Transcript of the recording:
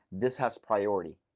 this has priority,